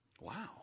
Wow